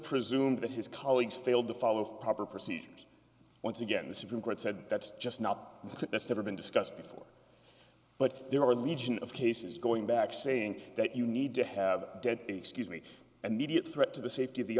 presumed that his colleagues failed to follow proper procedures once again the supreme court said that's just not it's never been discussed before but there are legions of cases going back saying that you need to have dead excuse me and media threat to the safety of the